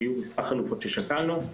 היו מספר חלופות ששקלנו,